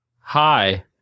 Hi